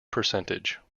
percentage